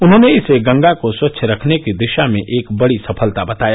उन्होंने इसे गंगा को स्वच्छ रखने की दिशा में एक बड़ी सफलता बताया